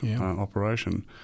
operation